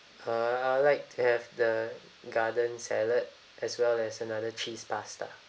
uh I would like to have the garden salad as well as another cheese pasta